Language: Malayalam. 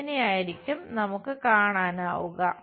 ഇങ്ങനെയായിരിക്കും നമുക്ക് കാണാനാവുക